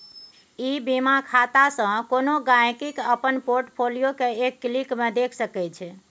ई बीमा खातासँ कोनो गांहिकी अपन पोर्ट फोलियो केँ एक क्लिक मे देखि सकै छै